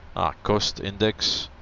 our cost index